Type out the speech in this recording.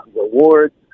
rewards